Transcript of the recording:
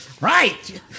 Right